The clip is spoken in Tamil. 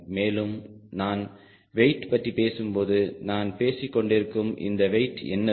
மேலும் நான் வெயிட் பற்றி பேசும் போது நான் பேசிக் கொண்டிருக்கும் இந்த வெயிட் என்னது